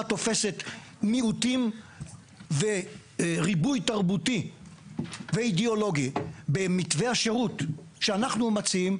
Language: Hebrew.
תופסת מיעוטים וריבוי תרבותי ואידיאולוגי במתווה השירות שאנחנו מציעים,